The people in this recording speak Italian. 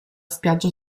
spiaggia